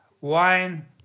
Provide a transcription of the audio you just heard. wine